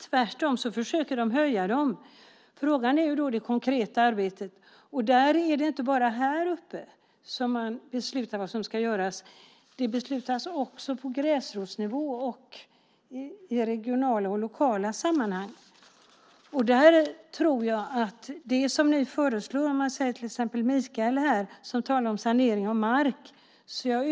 Tvärtom försöker den höja dem. Frågan gäller det konkreta arbetet. Det är inte bara här uppe man beslutar vad som ska göras. Det beslutas också på gräsrotsnivå i regionala och lokala sammanhang. Jag är övertygad om att det ni föreslår är välkommet. Michael talade till exempel om sanering av mark.